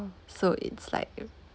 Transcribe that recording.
so it's like